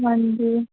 ਹਾਂਜੀ